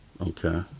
Okay